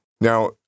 Now